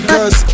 Cause